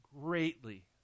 greatly